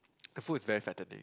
the food is very fattening